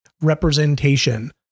representation